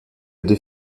deux